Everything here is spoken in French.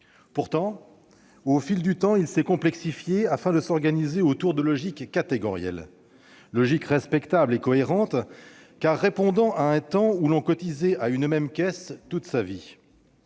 Pourtant, au fil du temps, il s'est complexifié afin de s'organiser autour de logiques catégorielles. Ces logiques étaient respectables et cohérentes, car elles s'appliquaient à un temps où l'on cotisait à une même caisse toute sa vie.